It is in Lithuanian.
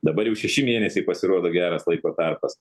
dabar jau šeši mėnesiai pasirodo geras laiko tarpas